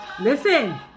Listen